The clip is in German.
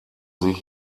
sich